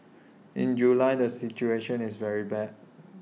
in July the situation is very bad